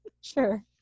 Sure